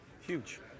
huge